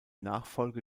nachfolge